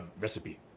recipe